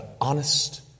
honest